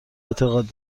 اعتقاد